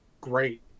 great